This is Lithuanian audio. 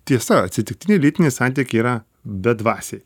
tiesa atsitiktiniai lytiniai santykiai yra bedvasiai